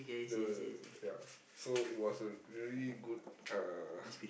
the ya so it was a really good uh